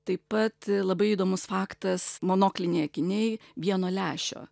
taip pat labai įdomus faktas monokliniai akiniai vieno lęšio